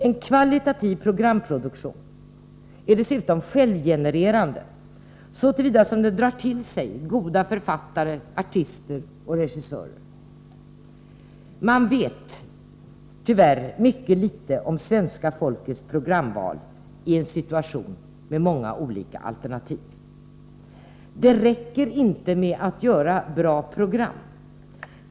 En kvalitativ programproduktion är dessutom självgenererande så till vida att den drar till sig goda författare, artister och regissörer. Men tyvärr vet vi mycket litet om svenska folkets programval i en situation med många olika alternativ. Det räcker inte med att göra bra program.